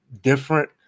different